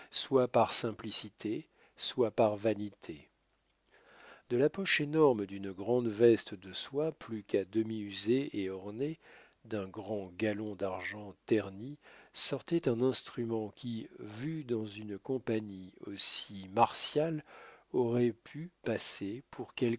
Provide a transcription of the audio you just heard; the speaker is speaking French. soit par simplicité soit par vanité de la poche énorme d'une grande veste de soie plus qu'à demi usée et ornée d'un grand galon d'argent terni sortait un instrument qui vu dans une compagnie aussi martiale aurait pu passer pour quelque